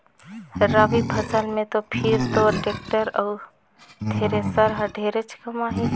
रवि फसल मे तो फिर तोर टेक्टर अउ थेरेसर हर ढेरेच कमाही